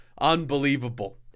unbelievable